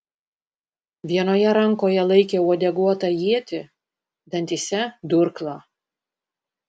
vienoje rankoje laikė uodeguotą ietį dantyse durklą